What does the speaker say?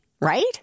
right